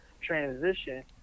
transition